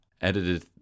edited